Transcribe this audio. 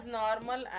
normal